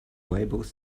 labels